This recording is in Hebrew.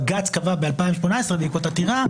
בג"ץ קבע ב-2018, בעקבות עתירה,